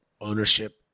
ownership